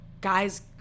guys